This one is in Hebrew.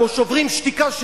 כמו "שוברים שתיקה",